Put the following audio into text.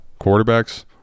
quarterbacks